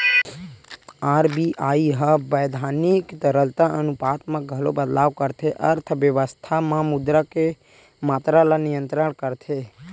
RBI ह बैधानिक तरलता अनुपात म घलो बदलाव करके अर्थबेवस्था म मुद्रा के मातरा ल नियंत्रित करथे